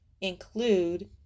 include